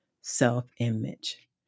self-image